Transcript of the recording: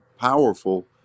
powerful